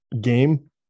game